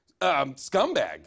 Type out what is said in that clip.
scumbag